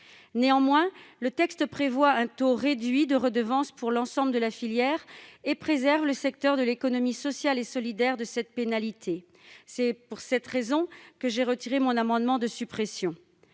Néanmoins, le texte prévoit un taux réduit de redevance pour l'ensemble de la filière et préserve le secteur de l'économie sociale et solidaire de cette pénalité ; c'est pour cette raison que j'ai retiré mon amendement de suppression